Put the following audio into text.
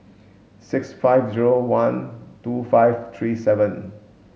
six five zero one two five three seven